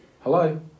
Hello